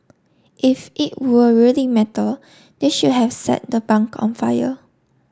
if it were really metal they should have set the bunk on fire